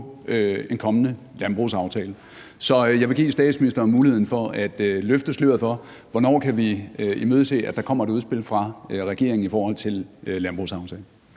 en kommende landbrugsaftale. Så jeg vil give statsministeren muligheden for at løfte sløret for, hvornår vi kan imødese, at der kommer et udspil fra regeringen i forhold til landbrugsaftalen.